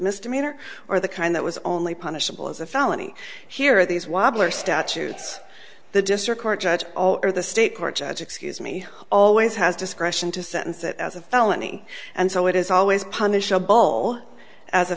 misdemeanor or the kind that was only punishable as a felony here these wobblers statutes the district court judge or the state court judge excuse me always has discretion to sentence that as a felony and so it is always punished a bowl as a